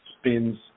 spins